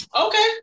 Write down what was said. Okay